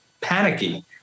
panicky